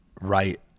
Right